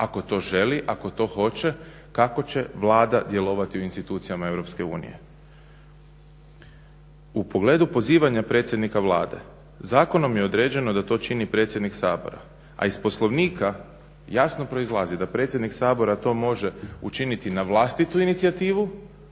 ako to želi, ako to hoće kako će Vlada djelovati u institucijama EU. U pogledu pozivanja predsjednika Vlade, zakonom je određeno da to čini predsjednik Sabora, a iz Poslovnika jasno proizlazi da predsjednik Sabora to može učiniti na vlastitu inicijativu,